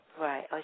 Right